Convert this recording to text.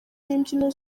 n’imbyino